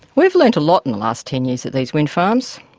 we have learnt a lot in the last ten years at these wind farms.